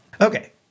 Okay